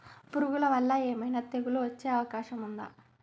పురుగుల వల్ల ఏమైనా తెగులు వచ్చే అవకాశం ఉందా?